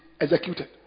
executed